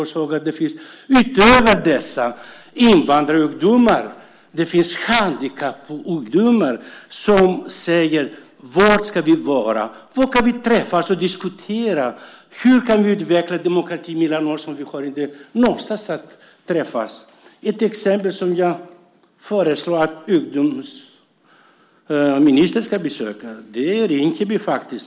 Du har sett att utöver invandrarungdomarna finns handikappade ungdomar som undrar var de ska vara. Var kan de träffas och diskutera hur demokratin ska utvecklas? De vill ha någonstans att träffas. Jag föreslår att ungdomsministern ska besöka Rinkeby.